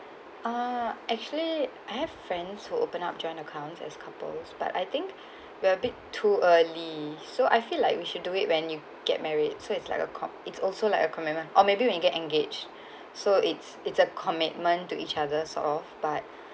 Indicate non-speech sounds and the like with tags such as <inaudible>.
uh actually I have friends who open up joint account as couples but I think <breath> we're a bit too early so I feel like we should do it when you get married so it's like a com~ it's also like a commitment or maybe when get engaged <breath> so it's it's a commitment to each other of but <breath>